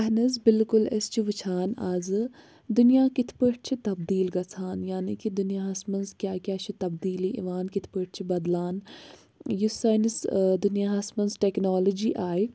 اَہَن حَظ بِلکُل أسۍ چھِ وُچھان اَزٕ دُنیاہ کِتھٕ پٲٹھۍ چھِ تَبدیٖل گَژھان یعنے کہِ دُنیاہَس منٛز کیٛاہ کیٛاہ چھِ تَبدیٖلِی یِوان کِتھٕ پٲٹھۍ چھِ بَدلان یہِ سٲنِس دُنیاہَس منٛز ٹؠکنالجی آیہِ